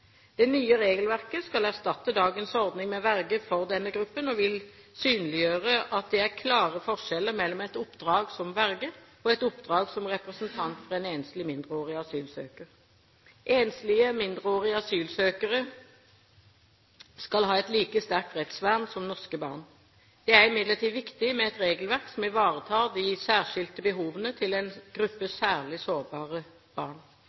Det nye regelverket skal erstatte dagens ordning med verge for denne gruppen og vil synliggjøre at det er klare forskjeller mellom et oppdrag som verge og et oppdrag som representant for en enslig, mindreårig asylsøker. Enslige, mindreårige asylsøkere skal ha et like sterkt rettsvern som norske barn. Det er imidlertid viktig med et regelverk som ivaretar de særskilte behovene til en gruppe særlig sårbare barn.